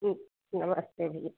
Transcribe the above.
जी नमस्ते जी